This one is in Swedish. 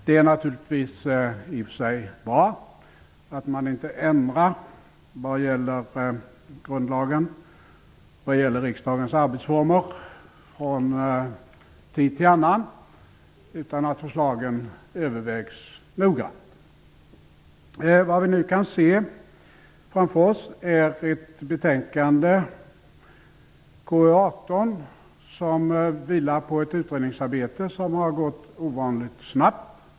Det är naturligtvis i och för sig bra att man inte ändrar grundlagen och riksdagens arbetsformer från tid till annan, utan att förslagen övervägs noga. Vad vi nu kan se framför oss är ett betänkande, KU18, som vilar på ett utredningsarbete som har gått ovanligt snabbt.